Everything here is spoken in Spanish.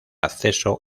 acceso